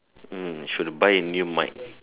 hmm should've buy a new mic